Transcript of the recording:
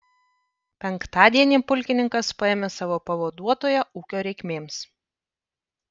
penktadienį pulkininkas paėmė savo pavaduotoją ūkio reikmėms